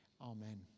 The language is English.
amen